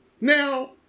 Now